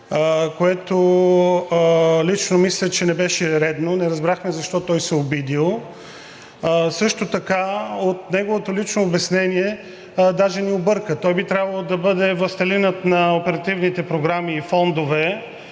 Лично мисля, че не беше редно, не разбрахме защо той се е обидил. Също така неговото лично обяснение даже ни обърка. Той би трябвало да бъде властелинът на оперативните програми и фондове